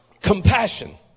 Compassion